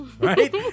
right